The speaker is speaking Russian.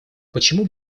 почему